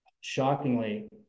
shockingly